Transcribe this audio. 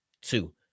two